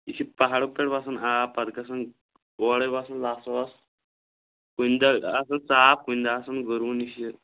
یہِ چھِ پَہاڑو پٮ۪ٹھ وَسان آب پَتہٕ گژھان اورے وَسان لَژھ وَژھ کُنہِ دۄہ آسان صاف کُنہِ دۄہ آسان گٔروٗنِشہِ